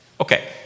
Okay